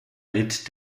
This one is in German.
litt